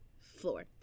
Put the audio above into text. floor